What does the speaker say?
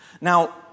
Now